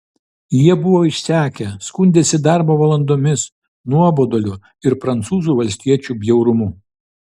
jie buvo išsekę skundėsi darbo valandomis nuoboduliu ir prancūzų valstiečių bjaurumu